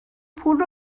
پول